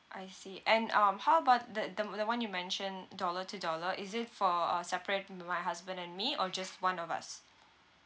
I see and um how about the the m~ the one you mentioned dollar to dollar is it for uh separate m~ my husband and me or just one of us